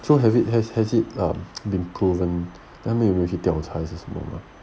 so have it has has it err been proven 他们有没有去调查还是什么吗